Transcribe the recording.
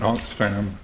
Oxfam